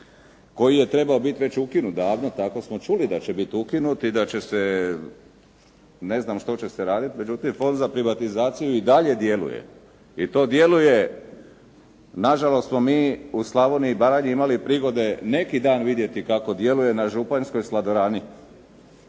koji je trebao bit već ukinut davno, tako smo čuli da će biti ukinut i da će se, ne znam što će se radit. Međutim, Fond za privatizaciju i dalje djeluje. Nažalost smo mi u Slavoniji i Baranji imali prigode neki dan vidjeti kako djeluje na županjskoj Sladorani